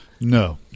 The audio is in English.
No